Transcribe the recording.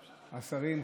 השרים,